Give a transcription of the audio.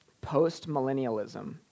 post-millennialism